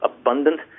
abundant